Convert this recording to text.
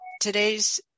today's